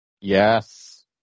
Yes